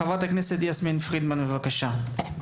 חברת הכנסת יסמין פרידמן, בבקשה.